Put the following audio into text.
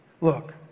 Look